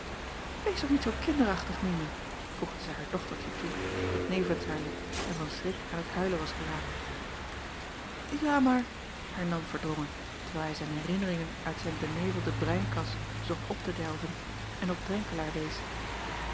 ees toch niet zoo kinderachtig imi voegde zij haar dochtertje toe dat nevens haar liep en van schrik aan t huilen was geraakt a maar hernam erdrongen terwijl hij zijn herinneringen uit zijn benevelde breinkas zocht op te delven en op